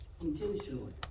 intentionally